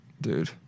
dude